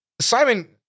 Simon